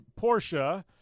Porsche